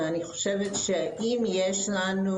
אני חושבת שאם יש לנו